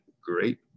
great